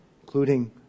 including